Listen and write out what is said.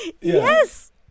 yes